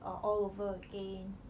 err all over again